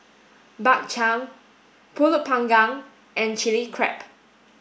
Bak Chang Pulut panggang and Chilli Crab